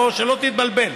שלא תתבלבל.